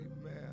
Amen